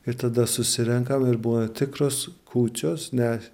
ir tada susirenkam ir būna tikros kūčios ne